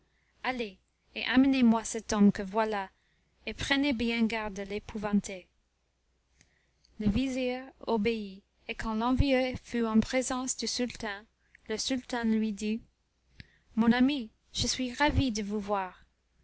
allez et amenez-moi cet homme que voilà et prenez bien garde de l'épouvanter le vizir obéit et quand l'envieux fut en présence du sultan le sultan lui dit mon ami je suis ravi de vous voir